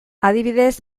adibidez